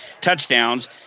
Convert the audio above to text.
touchdowns